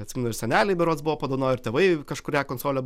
atsimenu ir seneliai berods buvo padovanoję ir tėvai kažkurią konsolę